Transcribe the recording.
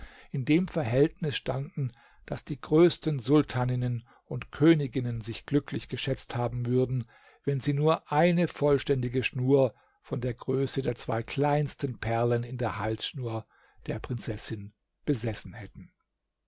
in dem verhältnis standen daß die größten sultaninnen und königinnen sich glücklich geschätzt haben würden wenn sie nur eine vollständige schnur von der größe der zwei kleinsten perlen in der halsschnur der prinzessin besessen hätten